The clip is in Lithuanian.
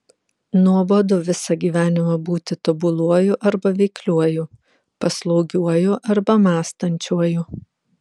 nuobodu visą gyvenimą būti tobuluoju arba veikliuoju paslaugiuoju arba mąstančiuoju